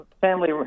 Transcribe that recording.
family